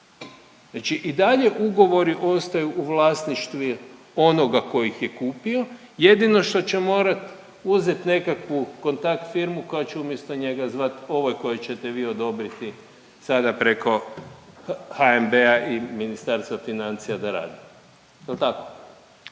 i dalje ugovori ostaju u vlasništvu onoga ko ih je kupio, jedino što će morat uzet nekakvu kontakt firmu koja će umjesto njega zvat ove koje ćete vi odobriti sada preko HNB-a i Ministarstva financija da rade,